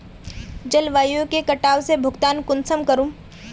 जलवायु के कटाव से भुगतान कुंसम करूम?